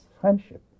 friendship